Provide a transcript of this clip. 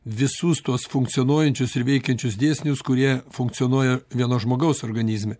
visus tuos funkcionuojančius ir veikiančius dėsnius kurie funkcionuoja vieno žmogaus organizme